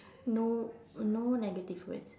no no negative words